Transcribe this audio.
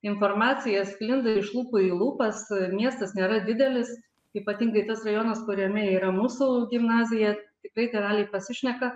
informacija sklinda iš lūpų į lūpas miestas nėra didelis ypatingai tas rajonas kuriame yra mūsų gimnazija tiktai tėveliai pasišneka